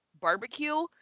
barbecue